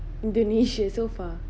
indonesia so far